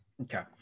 Okay